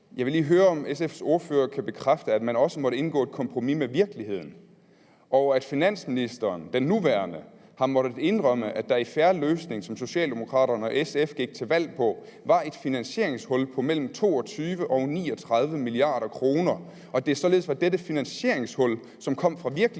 Jeg vil lige høre, om SF's ordfører kan bekræfte, at man også måtte indgå et kompromis med virkeligheden, og at den nuværende finansminister har måttet indrømme, at der i »En Fair Løsning«, som Socialdemokraterne og SF gik til valg på, var et finansieringshul på mellem 22 og 39 mia. kr., og at det således var dette finansieringshul, som kom fra virkeligheden